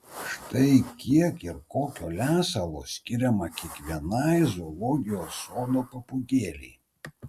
štai kiek ir kokio lesalo skiriama kiekvienai zoologijos sodo papūgėlei